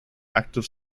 active